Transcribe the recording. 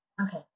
Okay